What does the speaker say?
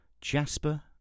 Jasper